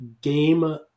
game